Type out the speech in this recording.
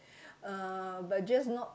uh but just not